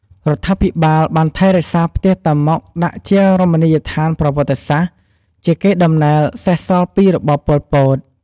រដ្ឋាភិបាលបានថែរក្សាផ្ទះតាម៉ុកដាក់ជារមនីយដ្ឋានប្រវត្តិសាស្ត្រ ជាកេរ្តិ៍ដំណែលសេសសល់ពីរបបប៉ុលពត។